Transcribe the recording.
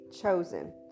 chosen